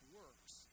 works